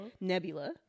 Nebula